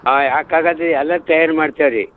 ಹಾಂ ಯಾಕಾಗತಿ ಎಲ್ಲ ತಯಾರು ಮಾಡ್ತೇವೆ ರೀ